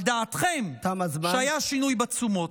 על דעתכם, שהיה שינוי בתשומות.